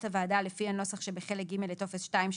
הוועדה לפי הנוסח שבחלק ג' לטופס 2 שבתוספת,